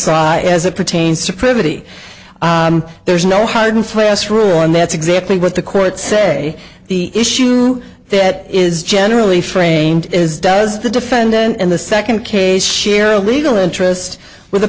case as it pertains to pretty there's no hard and fast rule and that's exactly what the courts say the issue that is generally framed is does the defendant in the second case share a legal interest with a